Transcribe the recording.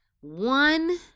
one